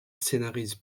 scénarise